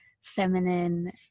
feminine